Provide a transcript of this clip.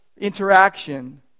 interaction